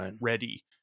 ready